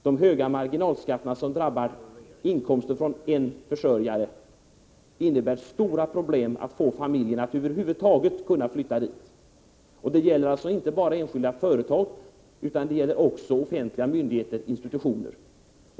De höga marginalskatter som drabbar hushåll med inkomst från en försörjare innebär stora problem att få familjer att över huvud taget flytta dit. Detta gäller inte bara enskilda företag utan också offentliga myndigheter och institutioner.